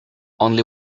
only